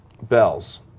bells